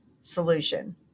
solution